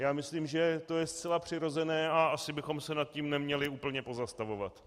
Já myslím, že to je zcela přirozené, a asi bychom se nad tím neměli úplně pozastavovat.